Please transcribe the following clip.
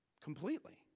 Completely